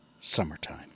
Summertime